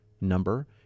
number